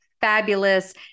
fabulous